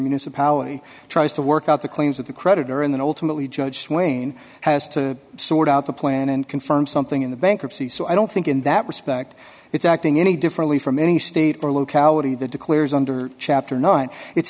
municipality tries to work out the claims of the creditor and the ultimate the judge wayne has to sort out the plan and confirm something in the bankruptcy so i don't think in that respect it's acting any differently from any state or locality that declares under chapter nine it's